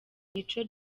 nico